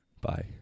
Bye